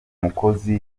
mukozi